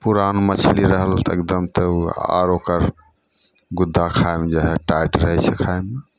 पुरान मछली रहल तऽ एगदम तऽ आओर ओकर गुद्दा खाइमे जे हइ टाइट रहै छै खाइमे